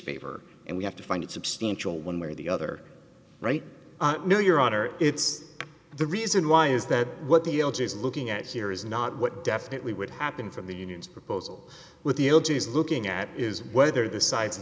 favor and we have to find it substantial one way or the other right no your honor it's the reason why is that what the l g is looking at here is not what definitely would happen from the union's proposal with the l g is looking at is whether the si